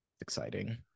exciting